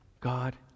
God